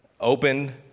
open